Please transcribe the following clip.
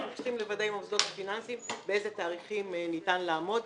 אנחנו צריכים לוודא עם המוסדות הפיננסיים באיזה תאריכים ניתן לעמוד,